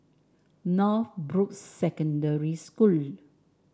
Northbrooks Secondary School